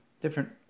different